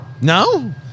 No